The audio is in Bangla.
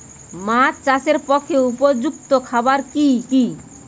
মাছ চাষের পক্ষে উপযুক্ত খাবার কি কি?